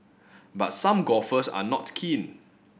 but some golfers are not keen